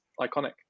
iconic